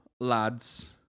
lads